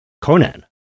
Conan